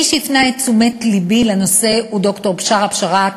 מי שהפנה את תשומת לבי לנושא הוא ד"ר בשארה בשאראת,